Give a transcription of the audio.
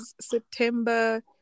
September